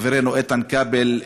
חברנו איתן כבל,